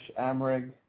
Amrig